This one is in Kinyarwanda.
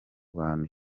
bantu